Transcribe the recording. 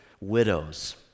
widows